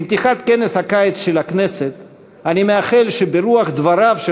עם פתיחת כנס הקיץ של הכנסת אני מאחל שברוח דבריו של